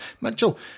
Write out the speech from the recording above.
Mitchell